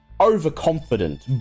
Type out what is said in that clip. overconfident